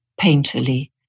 painterly